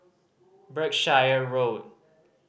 Berkshire Road